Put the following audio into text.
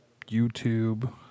YouTube